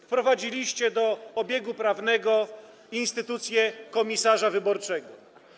Wprowadziliście do obiegu prawnego instytucję komisarza wyborczego.